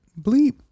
Bleep